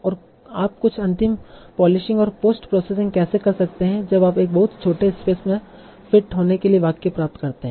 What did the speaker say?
और आप कुछ अंतिम पॉलिशिंग और पोस्ट प्रोसेसिंग कैसे कर सकते हैं जब आप एक बहुत छोटे स्पेस में फिट होने के लिए वाक्य प्राप्त करते हैं